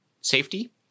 safety